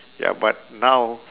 ya but now